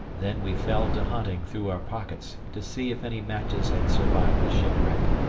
then we fell to hunting through our pockets to see if any matches had survived the shipwreck.